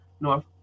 North